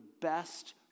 best